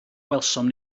welsom